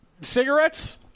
Cigarettes